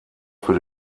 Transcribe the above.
für